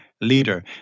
leader